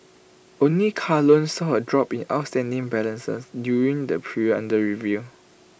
only car loans saw A drop in outstanding balances during the period under review